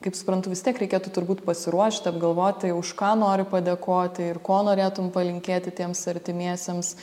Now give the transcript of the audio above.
kaip suprantu vis tiek reikėtų turbūt pasiruošti apgalvoti už ką nori padėkoti ir ko norėtum palinkėti tiems artimiesiems